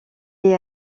est